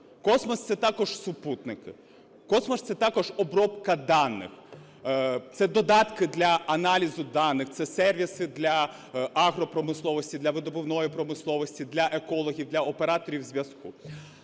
Космос – це також супутники. Космос – це також обробка даних, це додатки для аналізу даних, це сервіси для агропромисловості, для видобувної промисловості, для екологів, для операторів зв'язку.